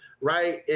right